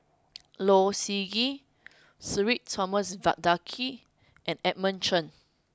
Low Siew Nghee Sudhir Thomas Vadaketh and Edmund Cheng